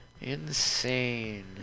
Insane